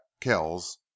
Kells